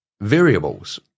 variables